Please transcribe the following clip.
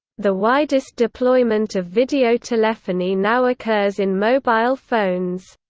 the widest deployment of video telephony now occurs in mobile phones.